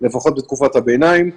לפחות בתקופת הביניים,